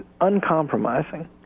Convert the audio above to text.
uncompromising